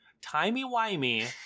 Timey-wimey